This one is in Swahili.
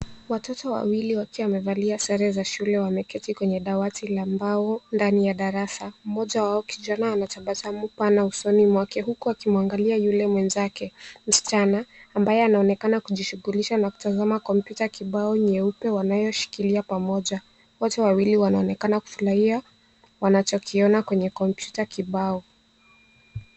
Watoto wawili wakiwa wamevalia sare za shule wameketi kwenye dawati la mbao ndani ya darasa. Mmoja wao kijana ana tabasamu pana usoni mwake huku akimwangalia yule mwenzake msichana, ambaye anaonekana kujishughulisha na kutazama kompyuta kibao nyeupe wanayoshikilia pamoja. Wote wawili wanaonekana kufurahia wanachokiona kwenye kompyuta kibao.